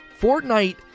Fortnite